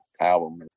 album